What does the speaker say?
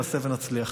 נעשה ונצליח.